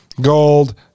gold